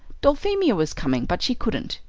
dulphemia was coming, but she couldn't.